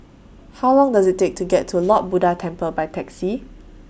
How Long Does IT Take to get to Lord Buddha Temple By Taxi